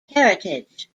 heritage